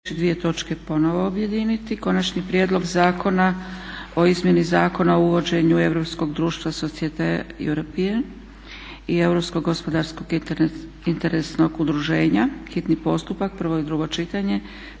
dvije točke ponovno objediniti: - Konačni prijeldog Zakoan o izmjeni Zakona o uvođenju europskog društva Societas Europea (SE) i Europskog gospodarskog interesnog udruženja (EGIU), hitni postupak, prvo i drugo čitanje,